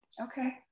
Okay